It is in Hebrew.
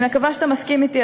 אני מקווה שאתה מסכים אתי,